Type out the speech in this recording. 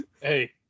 Hey